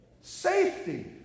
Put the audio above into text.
Safety